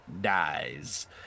dies